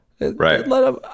right